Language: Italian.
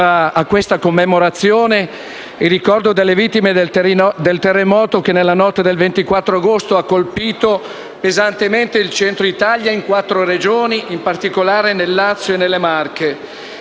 partecipa a questa commemorazione in ricordo delle vittime del terremoto che nella notte del 24 agosto ha colpito pesantemente il Centro Italia in quattro Regioni, in particolare nel Lazio e nelle Marche.